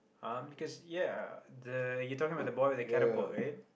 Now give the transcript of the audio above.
um because ya the you talking about the boy with the catapult right